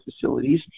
facilities